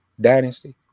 dynasty